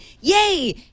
Yay